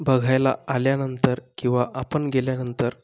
बघायला आल्यानंतर किंवा आपण गेल्यानंतर